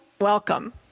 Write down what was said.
Welcome